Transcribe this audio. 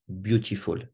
beautiful